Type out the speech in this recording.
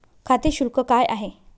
खाते शुल्क काय आहे?